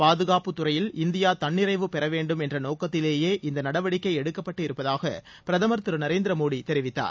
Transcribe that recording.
பாதுகாப்புத் துறையில் இந்தியா தன்னிறைவு பெற வேண்டும் என்ற நோக்கத்திலேயே இந்த நடவடிக்கை எடுக்கப்பட்டு இருப்பதாக பிரதமர் திரு நரேந்திர மோடி தெரிவித்தார்